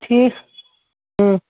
ٹھیٖک